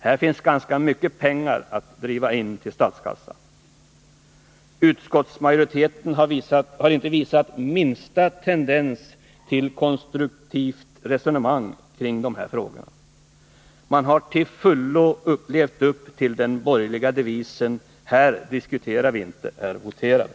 Här finns ganska mycket pengar att driva in till statskassan, men utskottsmajoriteten har inte visat minsta tendens till ett Nr 47 konstruktivt resonemang kring frågorna. Man har till fullo levt upp till den "- Torsdagen den borgerliga devisen: Här diskuterar vi inte, här voterar vi.